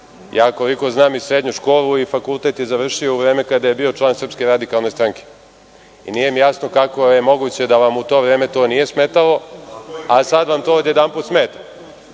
Ja koliko znam, srednju školu i fakultet je završio u vreme kada je bio član SRS. Nije mi jasno kako je moguće da vam u to vreme to nije smetalo, a sada vam to odjedanput